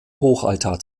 hochaltar